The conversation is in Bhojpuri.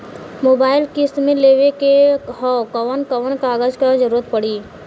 मोबाइल किस्त मे लेवे के ह कवन कवन कागज क जरुरत पड़ी?